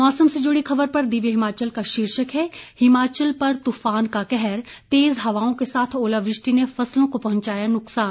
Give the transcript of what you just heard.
मौसम से जुड़ी खबर पर दिव्य हिमाचल का शीर्षक है हिमाचल पर तूफान का कहर तेज़ हवाओं के साथ ओलावृष्टि ने फसलों को पहुंचाया नुकसान